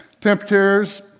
Temperatures